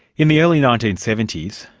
in the early nineteen seventy s,